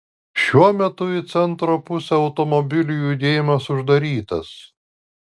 šiuo metu į centro pusę automobilių judėjimas uždarytas